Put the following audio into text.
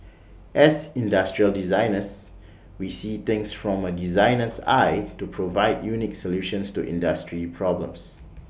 as industrial designers we see things from A designer's eye to provide unique solutions to industry problems